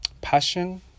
passion